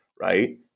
right